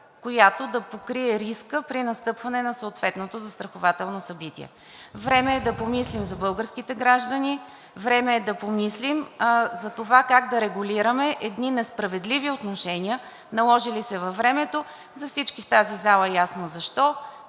която да покрие риска при настъпване на съответното застрахователно събитие. Време е да помислим за българските граждани, време е да помислим за това как да регулираме едни несправедливи отношения, наложили се във времето. За всички в тази зала е ясно защо